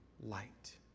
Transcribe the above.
light